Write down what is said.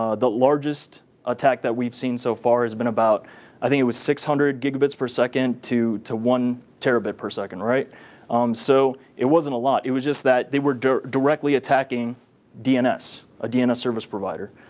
ah the largest attack that we've seen so far has been about i think it was six hundred gigabits per second to to one terrabit per second. um so it wasn't a lot. it was just that they were directly attacking dns, a dns service provider.